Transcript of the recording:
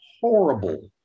horrible